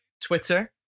Twitter